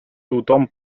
tothom